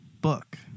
book